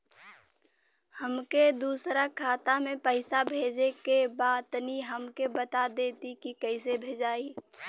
हमके दूसरा खाता में पैसा भेजे के बा तनि हमके बता देती की कइसे भेजाई?